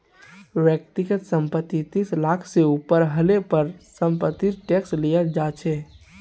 व्यक्तिगत संपत्ति तीस लाख से ऊपर हले पर समपत्तिर टैक्स लियाल जा छे